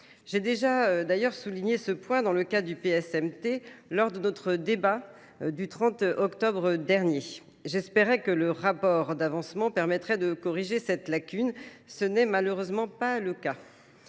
J'ai déjà d'ailleurs souligné ce point dans le cas du PSMT lors de notre débat du 30 octobre dernier. J'espérais que le rapport d'avancement permettrait de corriger cette lacune. Ce n'est malheureusement pas le cas.